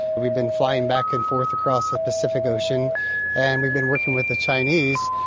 we've been flying back and forth across the pacific ocean and we've been working with the chinese.